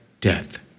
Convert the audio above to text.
death